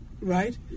right